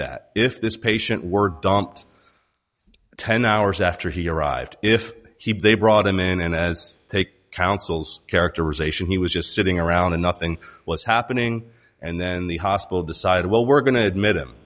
that if this patient were dumped ten hours after he arrived if they brought him in and as take counsel's characterization he was just sitting around and nothing was happening and then the hospital decided well we're going to admit him